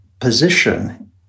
position